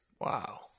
Wow